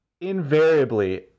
invariably